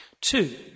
Two